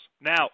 Now